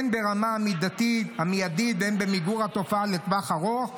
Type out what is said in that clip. הן ברמה המיידית והן במיגור התופעה לטווח הארוך.